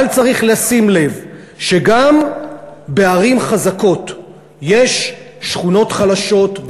אבל צריך לשים לב שגם בערים חזקות יש שכונות חלשות,